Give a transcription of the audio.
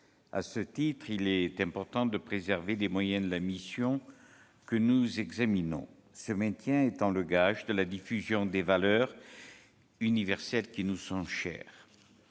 À ce titre, il est important de préserver les moyens de la mission que nous examinons, ce maintien étant le gage de la diffusion des valeurs universelles qui nous sont chères.